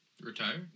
Retire